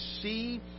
see